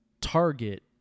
target